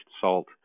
salt